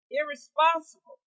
irresponsible